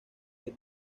del